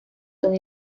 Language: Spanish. son